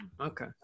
Okay